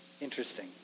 interesting